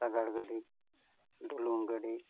ᱥᱟᱜᱟᱲ ᱜᱟᱹᱰᱤ ᱰᱩᱞᱩᱝ ᱜᱟᱹᱰᱤ